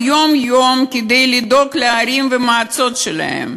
יום-יום כדי לדאוג לערים ולמועצות שלהם,